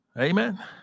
Amen